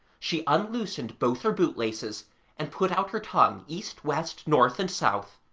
she unloosened both her boot-laces and put out her tongue east, west, north, and south.